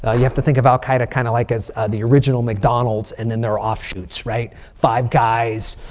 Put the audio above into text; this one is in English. ah you have to think of al-qaeda kind of like as the original mcdonald's. and then they are offshoots, right? five guys.